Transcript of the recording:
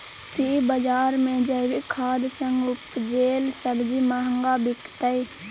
की बजार मे जैविक खाद सॅ उपजेल सब्जी महंगा बिकतै?